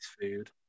food